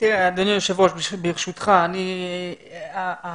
היושב ראש, ברשותך, אני חושב